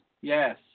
Yes